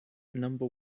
number